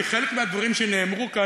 כי חלק מהדברים שנאמרו כאן,